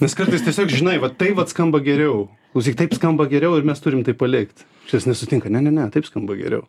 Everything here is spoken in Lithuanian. nes kartais tiesiog žinai va taip vat skamba geriau klausyk taip skamba geriau ir mes turim tai palikt šitas nesutinka ne ne ne taip skamba geriau